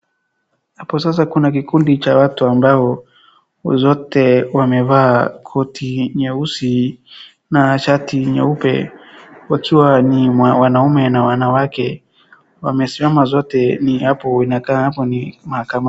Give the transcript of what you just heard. Hapo sasa kuna kikundi cha watu ambao zote wamevaa koti nyeusi na shati nyeupe wakiwa ni wanaume na wanawake. Wamesimama zote ni hapo inakaa hapo ni mahakamani.